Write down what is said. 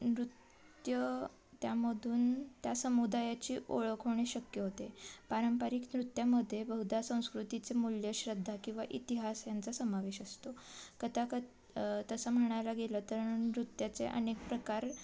नृत्य त्यामधून त्या समुदायाची ओळख होणे शक्य होते पारंपरिक नृत्यामध्ये बहुधा संस्कृतीचे मूल्य श्रद्धा किंवा इतिहास यांचा समावेश असतो कथाकथन तसं म्हणायला गेलं तर नृत्याचे अनेक प्रकार